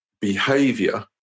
behavior